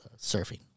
surfing